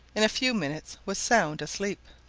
in a few minutes was sound asleep.